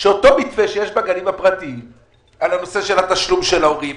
שאותו מתווה שיש בגנים הפרטיים בנושא של התשלום של ההורים,